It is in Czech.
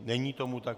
Není tomu tak.